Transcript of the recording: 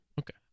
Okay